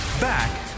Back